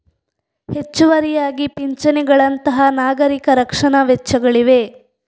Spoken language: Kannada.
ಹೆಚ್ಚುವರಿಯಾಗಿ ಪಿಂಚಣಿಗಳಂತಹ ನಾಗರಿಕ ರಕ್ಷಣಾ ವೆಚ್ಚಗಳಿವೆ